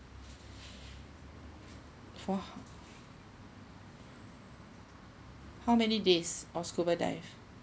for how many days all scuba dive